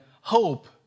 hope